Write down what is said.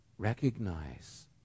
Recognize